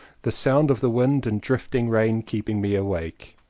the sound of the wind and drifting rain keeping me awake.